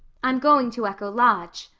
i'm going to echo lodge.